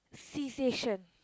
seization